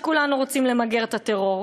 מובן שכולנו רוצים למגר את הטרור,